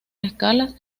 escalas